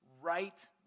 right